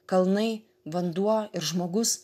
kalnai vanduo ir žmogus